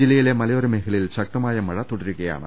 ജില്ലയിലെ മലയോര മേഖലയിൽ ശക്തമായ മഴ തുടരുകയാണ്